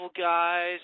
guys